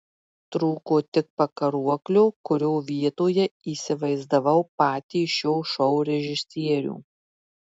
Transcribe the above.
trūko tik pakaruoklio kurio vietoje įsivaizdavau patį šio šou režisierių